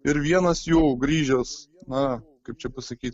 ir vienas jų grįžęs na kaip čia pasakyt